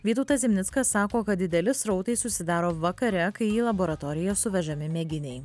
vytautas zimnickas sako kad dideli srautai susidaro vakare kai į laboratoriją suvežami mėginiai